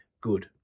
good